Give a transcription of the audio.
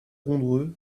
rondreux